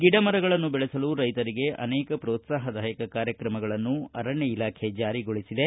ಗಿಡ ಮರಗಳನ್ನು ಬೆಳೆಸಲು ರೈತರಿಗೆ ಅನೇಕ ಪ್ರೋತ್ಲಾಹದಾಯಕ ಕಾರ್ಯಕ್ರಮಗಳನ್ನು ಅರಣ್ಯ ಇಲಾಖೆ ಜಾರಿಗೊಳಿಸಿದೆ